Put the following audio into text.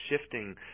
shifting